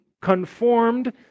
conformed